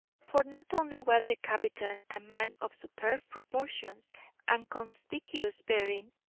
for not only was the captain a man of superb proportions and conspicuous bearing,